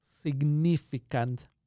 significant